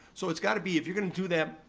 so it's gotta be, if you're gonna do that,